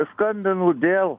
skambinu dėl